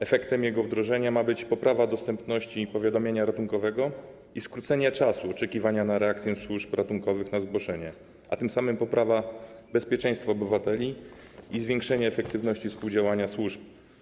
Efektem jego wdrożenia ma być poprawa dostępności powiadamia ratunkowego i skrócenie czasu oczekiwania na reakcję służb ratunkowych na zgłoszenie, a tym samym poprawa bezpieczeństwa obywateli i zwiększenie efektywności współdziałania służb.